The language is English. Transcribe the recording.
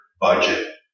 budget